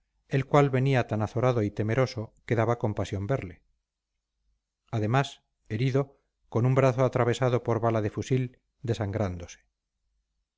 el cual venía tan azorado y temeroso que daba compasión verle además herido con un brazo atravesado por bala de fusil desangrándose